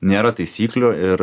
nėra taisyklių ir